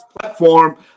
platform